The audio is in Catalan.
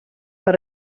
per